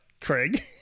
Craig